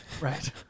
Right